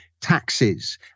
taxes